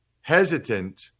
hesitant